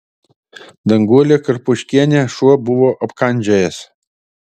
danguolę karpuškienę šuo buvo apkandžiojęs